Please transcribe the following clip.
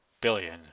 billion